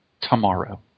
tomorrow